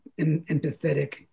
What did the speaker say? empathetic